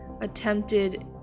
attempted